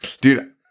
Dude